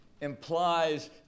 implies